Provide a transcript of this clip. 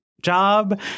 Job